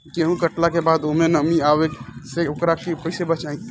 गेंहू कटला के बाद ओमे नमी आवे से ओकरा के कैसे बचाई?